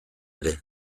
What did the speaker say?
ere